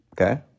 Okay